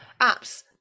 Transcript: apps